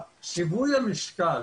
שיווי המשקל